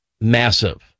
massive